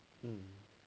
um